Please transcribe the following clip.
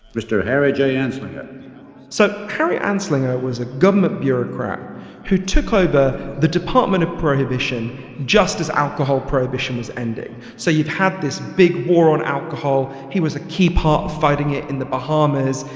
mr. harry j. anslinger so harry anslinger was a government bureaucrat who took over the department of prohibition just as alcohol prohibition was ending. so you've had this big war on alcohol. he was a key part of fighting it in the bahamas,